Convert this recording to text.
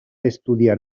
estudiar